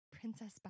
princess